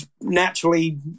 naturally